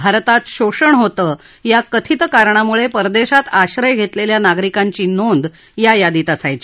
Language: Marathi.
भारतात शोषण होतं या कथित कारणामुळे परदेशात आश्रय घेतलेल्या नागरिकांची नोंद या यादीत असायची